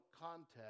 contact